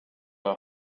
are